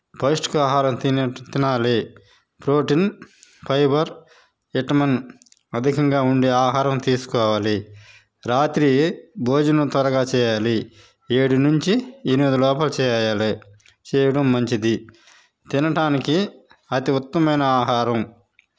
పౌష్టిక ఆహారం తినాలి ప్రోటీన్ ఫైబర్ విటమిన్ అధికంగా ఉండే ఆహారం తీసుకోవాలి రాత్రి భోజనం త్వరగా చేయాలి ఏడు నుంచి ఎనిమిది లోపల చేయాలి చేయడం మంచిది తినడానికి అతి ఉత్తమమైన ఆహారం